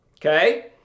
Okay